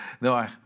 No